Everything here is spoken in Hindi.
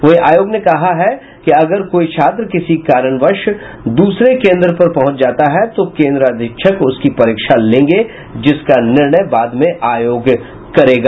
वहीं आयोग ने कहा है कि अगर कोई छात्र किसी कारणवश दूसरे केंद्र पर पहुंच जाता है तो केंद्राधीक्षक उसकी परीक्षा लेंगे जिसका निर्णय बाद में आयोग करेगा